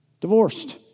divorced